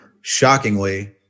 shockingly